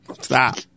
Stop